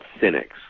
cynics